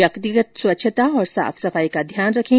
व्यक्तिगत स्वच्छता और साफ सफाई का ध्यान रखें